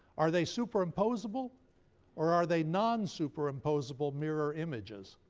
are they superimposable or are they non-superimposable mirror images?